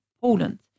Poland